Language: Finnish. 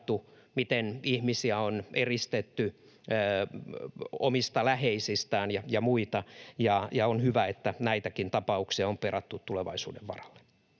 miten ihmisiä on eristetty omista läheisistään ja muista. On hyvä, että näitäkin tapauksia on perattu tulevaisuuden varalle.